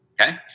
okay